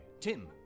Tim